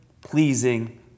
pleasing